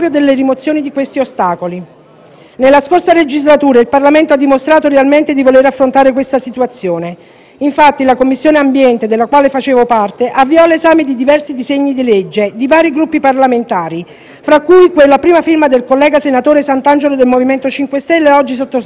Nella scorsa legislatura il Parlamento ha dimostrato realmente di voler affrontare questa situazione. Infatti la Commissione ambiente, della quale facevo parte, avviò l'esame di diversi disegni di legge di vari Gruppi parlamentari, fra cui quello a prima firma del senatore Santangelo del MoVimento 5 Stelle, oggi Sottosegretario per i rapporti con il Parlamento.